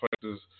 places